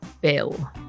bill